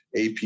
AP